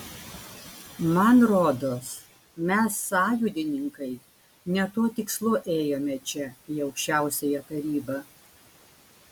man rodos mes sąjūdininkai ne tuo tikslu ėjome čia į aukščiausiąją tarybą